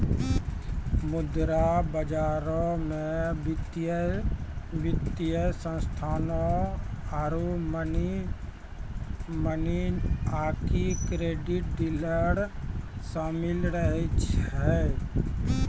मुद्रा बजारो मे वित्तीय संस्थानो आरु मनी आकि क्रेडिट डीलर शामिल रहै छै